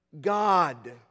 God